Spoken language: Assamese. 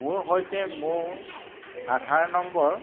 মোৰ সৈতে মোৰ আধাৰ নম্বৰ